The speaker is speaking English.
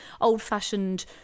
old-fashioned